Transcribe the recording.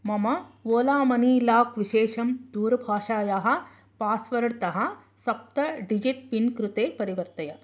मम Ola money lock विशेषं दूरभाषायाः पास्वर्ड् तः सप्त डिजिट् पिन् कृते परिवर्तय